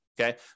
Okay